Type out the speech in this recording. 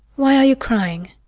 why are you crying?